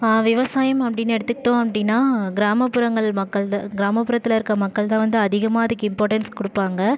விவசாயம் அப்படினு எடுத்துக்கிட்டோம் அப்படின்னா கிராமப்புறங்கள் மக்கள் கிராமபுறத்தில் இருக்கிற மக்கள்தான் வந்து அதிகமாக அதுக்கு இம்போர்ட்டன்ஸ் கொடுப்பாங்க